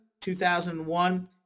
2001